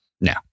No